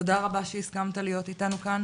תודה רבה שהסכמת להיות איתנו כאן